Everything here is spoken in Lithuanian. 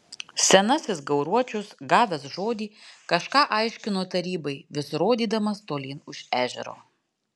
senasis gauruočius gavęs žodį kažką aiškino tarybai vis rodydamas tolyn už ežero